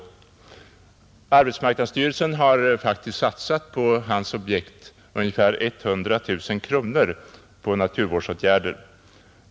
Arbetsmarknadsstyrelsen har faktiskt på hans objekt satsat ungefär 100 000 kronor för naturvårdsåtgärder.